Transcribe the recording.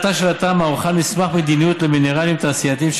לפני הכנתה של התמ"א הוכן מסמך מדיניות למינרלים תעשייתיים,